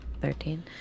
thirteen